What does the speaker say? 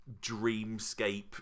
dreamscape